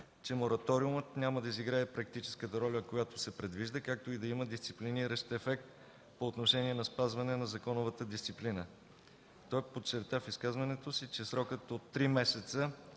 че мораториумът няма да изиграе практическата роля, която се предвижда, както и да има дисциплиниращ ефект по отношение на спазване на законовата дисциплина. Той подчерта в изказването си, че срокът от три месеца